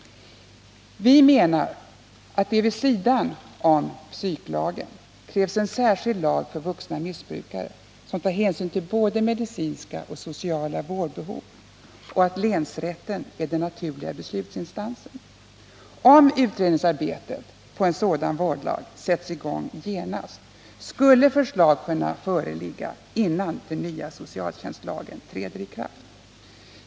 Vi menar att det — vid sidan av psyklagen — krävs en särskild lag för vuxna missbrukare, där hänsyn tas till både medicinska och sociala vårdbehov, och att länsrätten är den naturliga beslutsinstansen. Om utredningsarbetet på en sådan vårdlag sätts i gång genast, skulle förslag kunna föreligga innan den nya socialtjänstlagen träder i kraft.